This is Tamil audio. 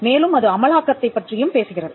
மேலும் அது அமலாக்கத்தை பற்றியும் பேசுகிறது